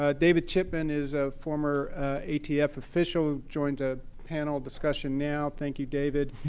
ah david chipman is a former atf official joining the panel discussion now. thank you, david.